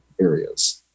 areas